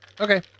okay